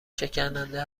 شکننده